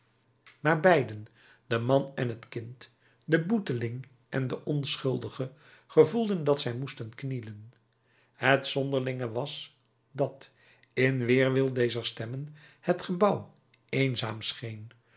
maar beiden de man en het kind de boeteling en de onschuldige gevoelden dat zij moesten knielen het zonderlinge was dat in weerwil dezer stemmen het gebouw eenzaam scheen